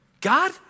God